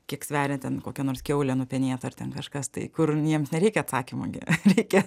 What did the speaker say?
kiek sveria ten kokia nors kiaulė nupenėta ar ten kažkas tai kur jiems nereikia atsakymo gi reikia